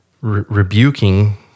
rebuking